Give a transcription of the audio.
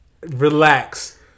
Relax